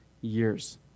years